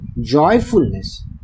joyfulness